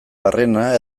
barrena